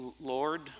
Lord